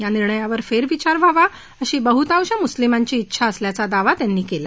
या निर्णयावर फेरविचार व्हावा अशी बहुतांश मुस्लिमांची उंछा असल्याचा दावा त्यांनी केला